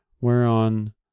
whereon